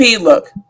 look